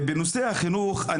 נציגי משרד החינוך נמצאים,